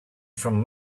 from